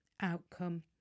outcome